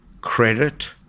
credit